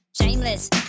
Shameless